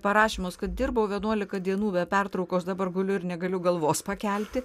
parašymas kad dirbau vienuolika dienų be pertraukos dabar guliu ir negaliu galvos pakelti